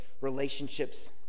relationships